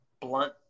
blunt